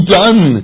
done